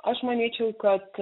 aš manyčiau kad